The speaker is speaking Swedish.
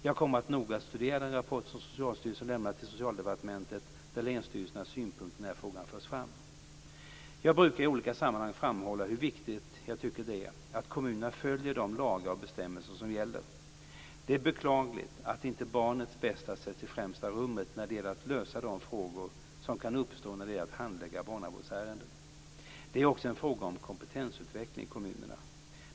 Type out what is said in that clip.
Jag kommer att noga studera den rapport som Socialstyrelsen lämnar till Socialdepartementet och där länsstyrelsernas synpunkter i den här frågan förs fram. Jag brukar i olika sammanhang framhålla hur viktigt jag tycker att det är att kommuner följer de lagar och bestämmelser som gäller. Det är beklagligt att inte barnets bästa sätts i främsta rummet när det gäller att lösa de frågor som kan uppstå när det gäller att handlägga barnavårdsärenden. Det är också en fråga om kompetensutveckling i kommunerna.